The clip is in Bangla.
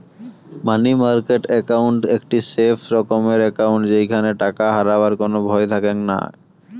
মানি মার্কেট একাউন্ট একটি সেফ রকমের একাউন্ট যেইখানে টাকা হারাবার কোনো ভয় থাকেঙ নাই